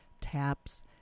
TAPS